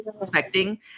expecting